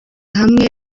hamwe